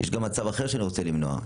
יש גם מצב אחר שאני רוצה למנוע.